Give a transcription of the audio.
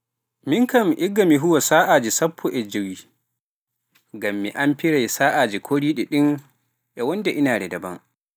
A yiɗi kuuwa balɗe jowi e saati nder saa'aji tati ko saa'aji sappoy jowi e saati? Ngam dume?